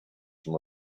from